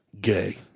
Gay